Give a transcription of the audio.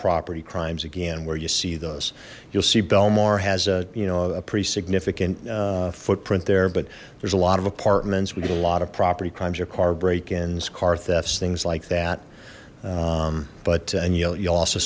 property crimes again where you see those you'll see belmar has a you know a pretty significant footprint there but there's a lot of apartments we did a lot of property crimes your car break ins car thefts things like that but you